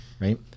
right